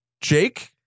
Jake